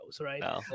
right